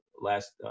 last